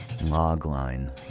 Logline